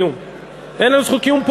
אין לנו זכות קיום.